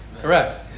Correct